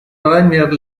premier